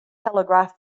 telegraph